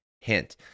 Hint